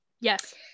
Yes